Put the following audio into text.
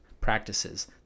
practices